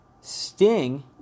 Sting